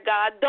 God